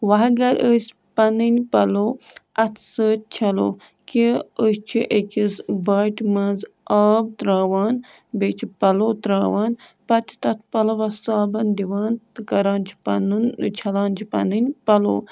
وَ اگر أسۍ پَنٕنۍ پَلو اَتھ سۭتۍ چھَلو کہِ أسۍ چھِ أکِس باٹہِ منٛز آب ترٛاوان بیٚیہِ چھِ پَلو ترٛاوان پَتہٕ چھِ تَتھ پَلوَس صابَن دِوان تہٕ کَران چھِ پَنُن چھَلان چھِ پَنٕنۍ پَلو